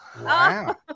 Wow